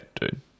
dude